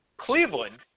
Cleveland